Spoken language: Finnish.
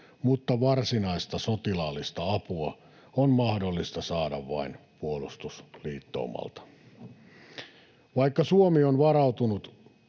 mutta varsinaista sotilaallista apua on mahdollista saada vain puolustusliittoumalta. Vaikka Suomi on varautunut